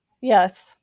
Yes